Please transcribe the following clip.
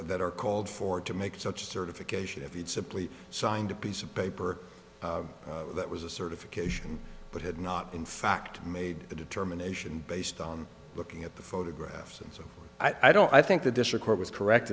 that are called for to make such certification if he'd simply signed a piece of paper that was a certification but had not in fact made the determination based on looking at the photographs and so i don't i think the district court was correct